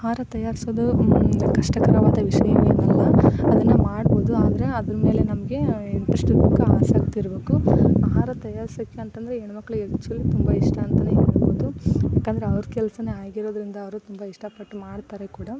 ಆಹಾರ ತಯಾರಿಸೋದು ಕಷ್ಟಕರವಾದ ವಿಷಯವೇನಲ್ಲ ಅದನ್ನ ಮಾಡ್ಬೋದು ಆದರೆ ಅದರ ಮೇಲೆ ನಮಗೆ ಇಂಟ್ರೆಸ್ಟ್ ಇರಬೇಕು ಆಸಕ್ತಿ ಇರಬೇಕು ಆಹಾರ ತಯಾರಿಸಲಿಕ್ಕಂದ್ರೆ ಹೆಣ್ಮಕ್ಕಳಿಗೆ ಆಕ್ಚುವಲಿ ತುಂಬ ಇಷ್ಟ ಅಂತಲೇ ಹೇಳ್ಬೋದು ಏಕೆಂದರೆ ಅವ್ರ ಕೆಲಸನೇ ಆಗಿರೋದರಿಂದ ಅವರು ತುಂಬ ಇಷ್ಟ ಪಟ್ಟು ಮಾಡ್ತಾರೆ ಕೂಡ